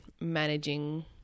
managing